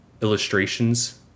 illustrations